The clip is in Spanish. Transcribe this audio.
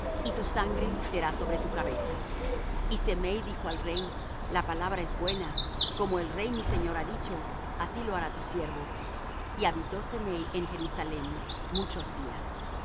y tu sangre será sobre tu cabeza y semei dijo al rey la palabra es buena como el rey mi señor ha dicho así lo hará tu siervo y habitó semei en jerusalem muchos días